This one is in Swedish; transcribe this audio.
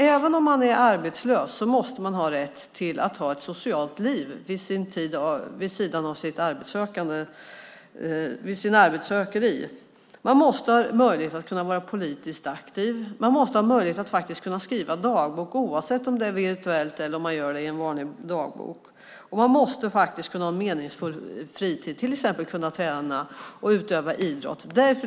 Även om man är arbetslös måste man ha rätt att ha ett socialt liv vid sidan av sitt arbetssökande. Man måste ha möjlighet att vara politiskt aktiv. Man måste ha möjlighet att faktiskt kunna skriva dagbok, oavsett om det är virtuellt eller i en vanlig dagbok. Man måste faktiskt kunna ha en meningsfull fritid, till exempel kunna träna och utöva idrott.